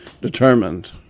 determined